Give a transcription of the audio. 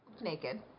naked